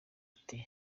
ati